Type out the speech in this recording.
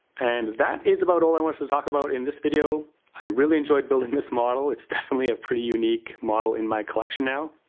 and that is about all i wanted to talk about in this video i really enjoyed building this model. it's definitely a pretty unique model in my collection now.